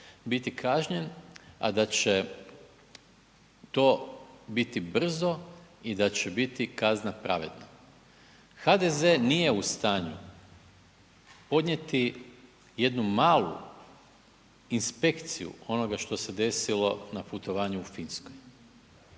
biti kažnjen a da će to biti brzo i da će biti kazna pravedna. HDZ nije u stanju podnijeti jednu malu inspekciju onoga što se desilo na putovanju u Finskoj.